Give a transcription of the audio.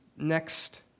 next